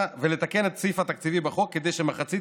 ולתקן את הסעיף התקציבי בחוק כדי שמחצית